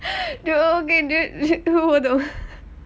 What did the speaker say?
go again dude who were though